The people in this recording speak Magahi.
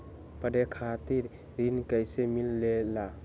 पढे खातीर ऋण कईसे मिले ला?